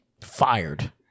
Fired